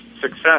success